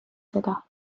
seda